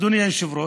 אדוני היושב-ראש,